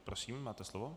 Prosím, máte slovo.